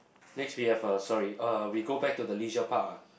next we have a sorry uh we go back to the leisure park ah